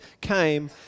came